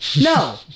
no